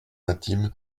intime